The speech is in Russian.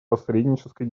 посреднической